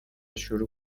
شروع